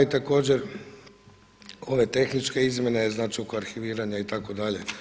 I također ove tehničke izmjene znači oko arhiviranja itd.